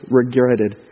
regretted